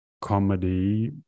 comedy